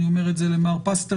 אני אומר את זה למר פסטרנק,